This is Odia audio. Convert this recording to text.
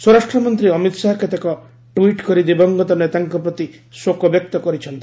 ସ୍ୱରାଷ୍ଟ୍ର ମନ୍ତ୍ରୀ ଅମିତ୍ ଶାହା କେତେକ ଟ୍ୱିଟ୍ କରି ଦିବଂଗତ ନେତାଙ୍କ ପ୍ରତି ଶୋକ ବ୍ୟକ୍ତ କରିଛନ୍ତି